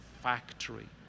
factory